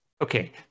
okay